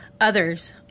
others